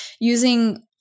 using